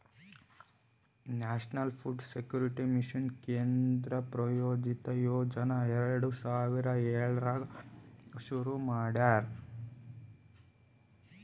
national food security mission ಕೇಂದ್ರ ಪ್ರಾಯೋಜಿತ ಯೋಜನಾ ಎರಡು ಸಾವಿರದ ಏಳರಾಗ್ ಶುರು ಮಾಡ್ಯಾರ